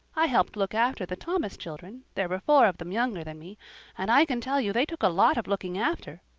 i helped look after the thomas children there were four of them younger than me and i can tell you they took a lot of looking after.